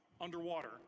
underwater